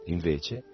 Invece